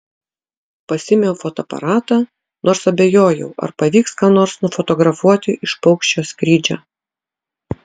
pasiėmiau fotoaparatą nors abejojau ar pavyks ką nors nufotografuoti iš paukščio skrydžio